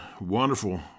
wonderful